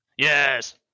Yes